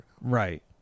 Right